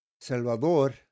Salvador